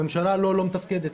הממשלה לא לא מתפקדת,